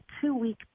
two-week